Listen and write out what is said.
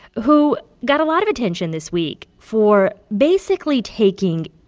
who got a lot of attention this week for basically taking,